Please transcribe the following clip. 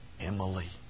Emily